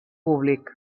públic